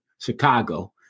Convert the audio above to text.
Chicago